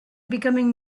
becoming